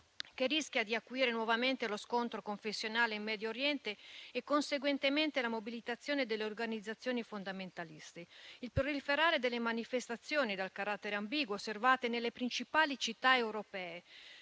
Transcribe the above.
che rischia di acuire nuovamente lo scontro confessionale in Medio Oriente, e conseguentemente la mobilitazione delle organizzazioni fondamentaliste; il proliferare delle manifestazioni, dal carattere ambiguo, osservate nelle principali città europee,